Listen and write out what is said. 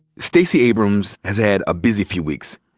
stacey abrams has had a busy few weeks.